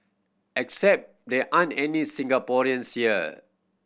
except there aren't any Singaporeans here